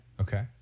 okay